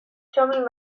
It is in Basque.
txomin